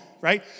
right